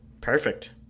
Perfect